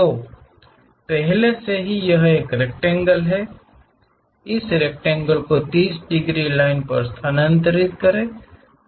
तो पहले से ही यह एक रेकटेंगल है इस रेकटेंगल को 30 डिग्री लाइन पर स्थानांतरित करें